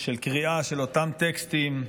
של קריאה של אותם טקסטים,